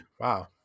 Wow